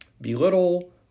belittle